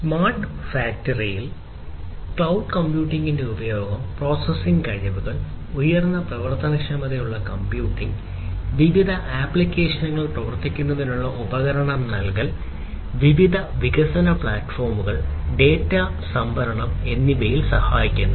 smart ഫാക്ടറിയിൽ cloud കമ്പ്യൂട്ടിംഗിന്റെ ഉപയോഗം പ്രോസസ്സിംഗ് കഴിവുകൾ ഉയർന്ന പ്രവർത്തനക്ഷമതയുള്ള കമ്പ്യൂട്ടിംഗ് വിവിധ ആപ്ലിക്കേഷനുകൾ പ്രവർത്തിപ്പിക്കുന്നതിനുള്ള ഉപകരണങ്ങൾ നൽകൽ വിവിധ വികസന പ്ലാറ്റ്ഫോമുകൾ ഡാറ്റ സംഭരണം എന്നിവയിൽ സഹായിക്കുന്നു